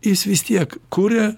jis vis tiek kuria